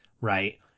Right